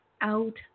out